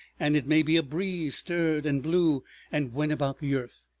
and it may be a breeze stirred and blew and went about the earth.